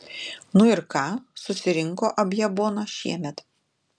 nu ir ką susirinko abjaboną šiemet